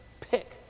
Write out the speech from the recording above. pick